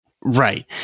Right